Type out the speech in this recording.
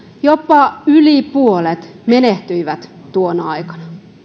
jopa yli puolet menehtyi tuona aikana